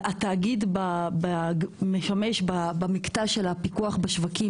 התאגיד משמש במקטע של הפיקוח בשווקים,